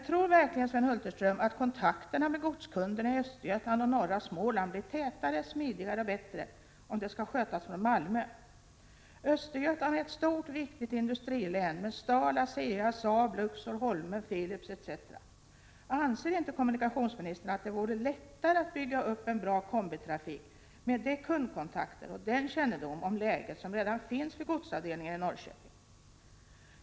Tror verkligen Sven Hulterström att kontakterna med godskunderna i Östergötland och norra Småland blir tätare, smidigare och bättre om de skall skötas från Malmö? Östergötland är ett stort, viktigt industrilän med Stal, Asea, Saab, Luxor, Holmen, Philips] etc. Anser inte kommunikationsministern att det vore lättare att bygga upp/ en bra kombitrafik med de kundkontakter och den kännedom om läget som redan finns vid godsavdelningen i Norrköping?